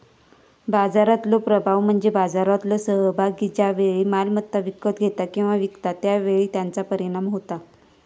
बाजारातलो प्रभाव म्हणजे बाजारातलो सहभागी ज्या वेळी मालमत्ता विकत घेता किंवा विकता त्या वेळी त्याचा परिणाम होता